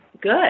good